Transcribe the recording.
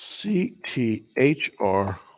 C-T-H-R